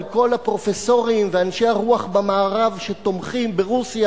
כל הפרופסורים ואנשי הרוח במערב שתומכים ברוסיה.